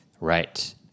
Right